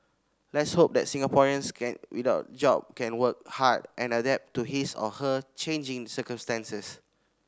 let's hope that Singaporeans can without a job can work hard and adapt to his or her changing circumstances